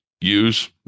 use